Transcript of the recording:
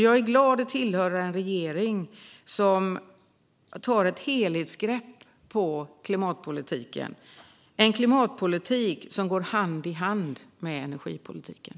Jag är glad att tillhöra en regering som tar ett helhetsgrepp om klimatpolitiken, en klimatpolitik som går hand i hand med energipolitiken.